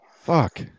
fuck